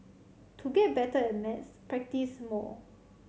to get better at maths practise more